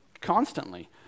constantly